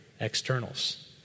externals